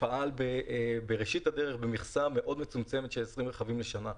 פעל בראשית הדרך במכסה מאוד מצומצמת של 20 רכבים לשנה.